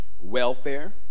Welfare